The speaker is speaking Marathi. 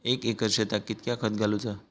एक एकर शेताक कीतक्या खत घालूचा?